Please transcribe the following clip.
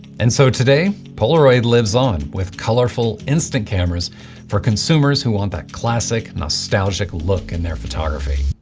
and so today, polaroid lives on, with colourful instant cameras for consumers who want that classic nostalgic look in their photography.